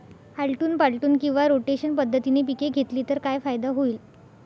आलटून पालटून किंवा रोटेशन पद्धतीने पिके घेतली तर काय फायदा होईल?